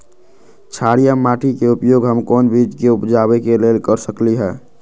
क्षारिये माटी के उपयोग हम कोन बीज के उपजाबे के लेल कर सकली ह?